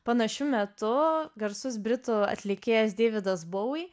panašiu metu garsus britų atlikėjas deividas bauvy